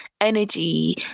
energy